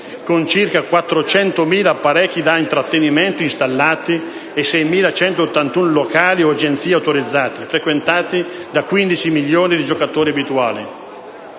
con circa 400.000 apparecchi da intrattenimento installati e 6.181 locali o agenzie autorizzate, frequentate da 15 milioni di giocatori abituali.